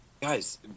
guys